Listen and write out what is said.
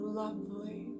lovely